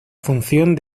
función